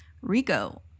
Rico